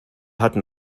hatten